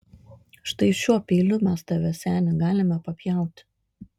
štai šiuo peiliu mes tave seni galime papjauti